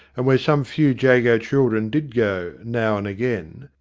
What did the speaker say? and where some few jago children did go now and again,